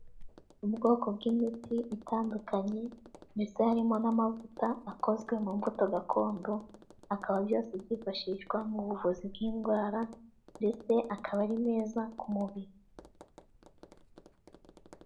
Ubwoko bw'imiti itandukanye ndetse harimo n'amavuta akozwe mu mbuto gakondo, akaba byose byifashishwa mu buvuzi bw'indwara, ndetse akaba ari meza ku mubiri.